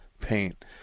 paint